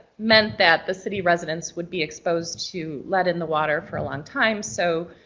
meant that the city residents would be exposed to lead in the water for a long time. so